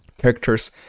Characters